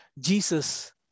Jesus